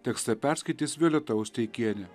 tekstą perskaitys violeta osteikienė